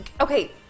okay